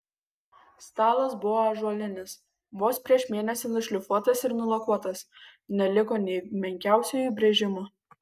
stalas buvo ąžuolinis vos prieš mėnesį nušlifuotas ir nulakuotas neliko nė menkiausio įbrėžimo